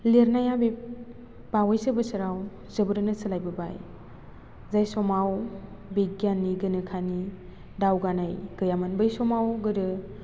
लिरनाया बे बावैसो बोसोराव जोबोरैनो सोलायबोबाय जाय समाव बिगियाननि गोनोखोनि दावगानाय गैयामोन बै समाव गोदो